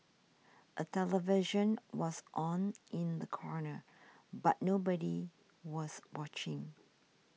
a television was on in the corner but nobody was watching